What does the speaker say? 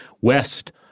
west